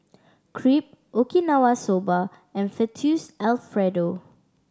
Crepe Okinawa Soba and Fettuccine Alfredo